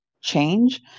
change